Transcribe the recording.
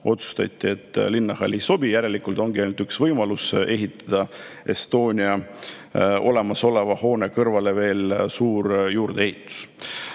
otsustati, et see sobi. Järelikult ongi ainult üks võimalus: ehitada Estonia olemasoleva hoone kõrvale veel suur juurdeehitus.